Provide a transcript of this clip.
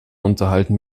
unterhalten